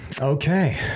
okay